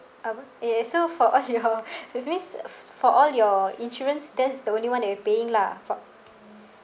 apa eh so for all your that means s~ for all your insurance that's the only one that you're paying lah for